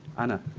anna.